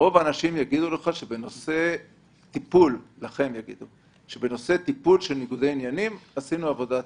רוב האנשים יגידו לך שבנושא של טיפול בניגודי עניינים עשינו עבודה טובה.